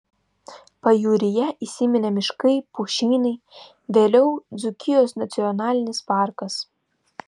pajūryje įsiminė miškai pušynai vėliau dzūkijos nacionalinis parkas